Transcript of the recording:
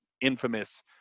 infamous –